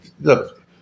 Look